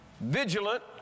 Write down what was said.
vigilant